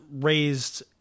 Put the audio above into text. raised